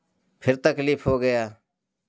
फिर तकलीफ़ हो गया